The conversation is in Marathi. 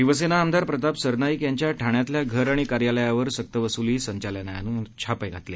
शिवसेना आमदार प्रताप सरनाईक यांच्या ठाण्यातल्या घर आणि कार्यालयावर संक्तवसुली संचालनालयानं छापे घातले